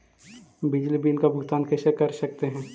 बिजली बिल का भुगतान कैसे कर सकते है?